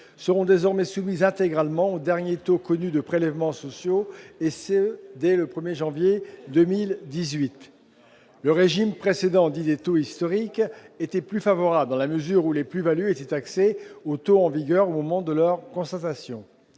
seront désormais soumises intégralement au dernier taux connu de prélèvements sociaux, et ce dès le 1 janvier 2018. Le régime précédent, dit des « taux historiques », était plus favorable dans la mesure où les plus-values étaient taxées au taux en vigueur au moment de leur constatation.